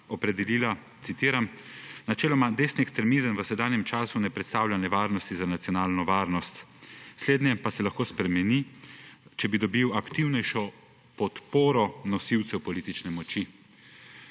opredelila, citiram, »Načeloma desni ekstremizem v sedanjem času ne predstavlja nevarnosti za nacionalno varnost, slednje pa se lahko spremeni, če bi dobil aktivnejšo podporo nosilcev politične moči.«